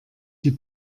die